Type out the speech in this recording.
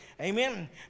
Amen